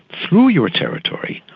through your territory,